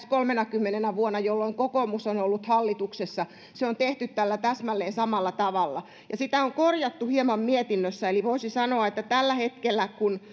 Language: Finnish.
kolmenakymmenenä vuonna jolloin kokoomus on ollut hallituksessa se on tehty täsmälleen tällä samalla tavalla ja sitä on korjattu hieman mietinnössä eli voisi sanoa että sillä hetkellä kun